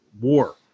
war